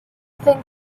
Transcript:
thin